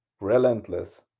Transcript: relentless